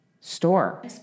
store